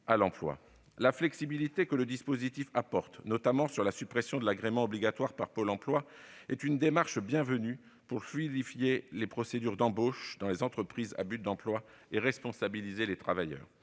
La flexibilité introduite dans le dispositif, s'agissant notamment de la suppression de l'agrément obligatoire par Pôle emploi, est bienvenue pour fluidifier les procédures d'embauche dans les entreprises à but d'emploi et responsabiliser les travailleurs.